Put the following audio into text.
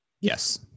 Yes